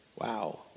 Wow